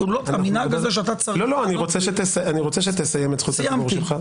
אני רוצה שתסיים את זכות הדיבור שלך.